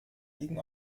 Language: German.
liegen